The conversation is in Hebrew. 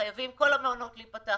חייבים כל המעונות להיפתח,